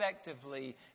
effectively